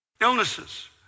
illnesses